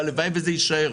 והלוואי שזה יישאר,